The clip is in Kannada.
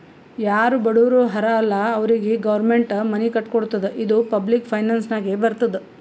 ಯಾರು ಬಡುರ್ ಹರಾ ಅಲ್ಲ ಅವ್ರಿಗ ಗೌರ್ಮೆಂಟ್ ಮನಿ ಕಟ್ಕೊಡ್ತುದ್ ಇದು ಪಬ್ಲಿಕ್ ಫೈನಾನ್ಸ್ ನಾಗೆ ಬರ್ತುದ್